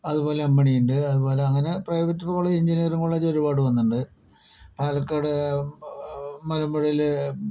അതുപോലെ അമ്മിണിയുണ്ട് അതുപോലെ അങ്ങനെ പ്രൈവറ്റ് കോളേജ് എൻജിനിയറിങ്ങ് കോളേജ് ഒരുപാട് വന്നിട്ടുണ്ട് പാലക്കാട് മലമ്പുഴയിൽ